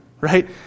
right